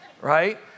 Right